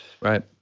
right